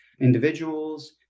individuals